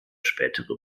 spätere